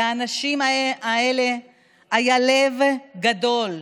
לאנשים האלה היה לב גדול,